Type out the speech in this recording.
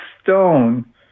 stone